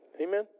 Amen